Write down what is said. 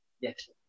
Yes